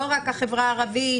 לא רק החברה הערבית,